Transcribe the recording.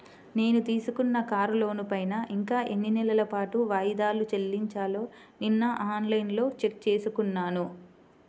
నేను తీసుకున్న కారు లోనుపైన ఇంకా ఎన్ని నెలల పాటు వాయిదాలు చెల్లించాలో నిన్నఆన్ లైన్లో చెక్ చేసుకున్నాను